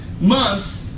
month